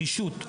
הרגישות.